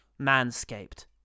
Manscaped